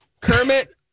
Kermit